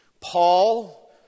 Paul